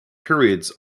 periods